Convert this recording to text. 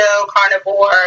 carnivore